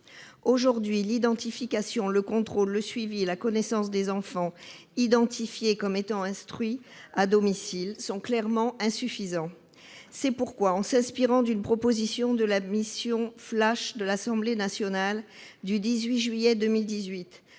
Aujourd'hui, l'identification, le contrôle, le suivi et la connaissance des enfants identifiés comme étant instruits à domicile sont clairement insuffisants. C'est pourquoi, en s'inspirant d'une proposition de la mission flash de l'Assemblée nationale du 18 juillet 2018